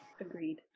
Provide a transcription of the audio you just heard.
Agreed